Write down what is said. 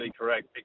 correct